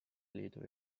liidu